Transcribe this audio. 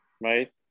right